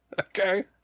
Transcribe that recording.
Okay